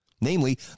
Namely